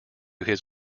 his